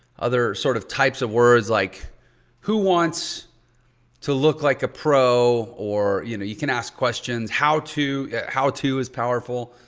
sort of types of words like who wants to look like a pro or, you know, you can ask questions. how to, how to is powerful.